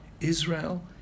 Israel